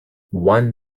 one